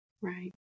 Right